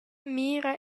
mira